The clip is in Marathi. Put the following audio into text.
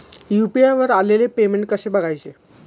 यु.पी.आय वर आलेले पेमेंट कसे बघायचे?